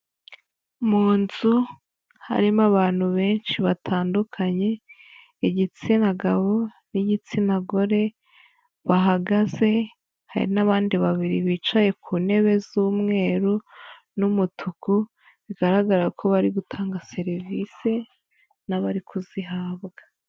Mu nzu harimo abantu benshi batandukanye, igitsina gabo n'igitsina gore, bahagaze hari n'abandi babiri bicaye ku ntebe z'umweru n'umutuku, bigaragara ko bari gutanga serivisi n'abari kuzihabwa.